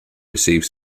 receive